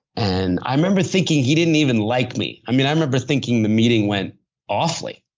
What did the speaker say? and i remember thinking, he didn't even like me. i mean, i remember thinking the meeting went awfully.